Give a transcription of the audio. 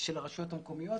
של הרשויות המקומיות.